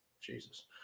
Jesus